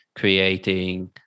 creating